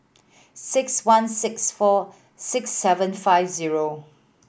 six one six four six seven five zero